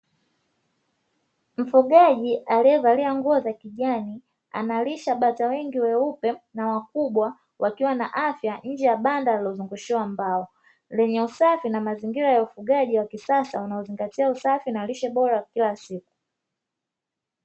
Mfugaji aliyevalia nguo za kijani analisha bata wengi weupe na wakubwa wakiwa na afya nje ya banda lililozungushiwa mbao, lenye usafi na mazingira ya ufugaji wa kisasa wanaozingatia usafi na lishe bora ya kila siku.